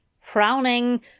Frowning